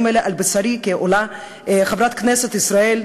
האלה על בשרי כעולה חברת כנסת ישראל,